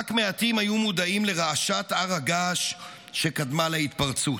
רק מעטים היו מודעים לרעשת הר הגעש שקדמה להתפרצות"